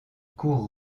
courts